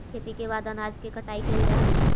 खेती के बाद अनाज के कटाई कैल जा हइ